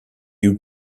eût